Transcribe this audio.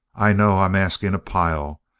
i know i'm asking a pile.